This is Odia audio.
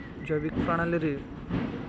ଜୈବିକ୍ ପ୍ରଣାଳୀରେ